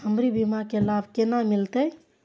हमर बीमा के लाभ केना मिलते?